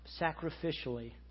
sacrificially